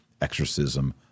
exorcism